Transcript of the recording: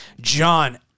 John